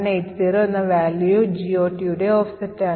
1180 എന്ന value GOTയുടെ ഓഫ്സെറ്റാണ്